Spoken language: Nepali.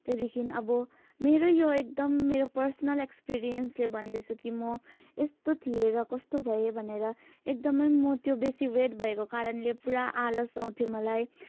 त्यहाँदेखि अब मेरो यो एकदम मेरो पर्सनल एक्सपिरिएन्सले भन्दैछु कि म यस्तो थिएँ र कस्तो भएँ भनेर एकदमै म त्यो बेसी वेट भएको कारणले पुरा आलस आउँथ्यो मलाई अन्त